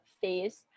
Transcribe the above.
phase